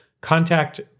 contact